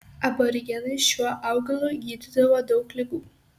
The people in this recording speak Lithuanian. aborigenai šiuo augalu gydydavo daug ligų